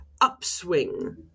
upswing